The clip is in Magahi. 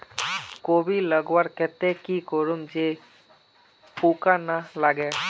कोबी लगवार केते की करूम जे पूका ना लागे?